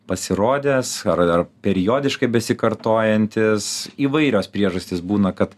pasirodęs ar ar periodiškai besikartojantis įvairios priežastys būna kad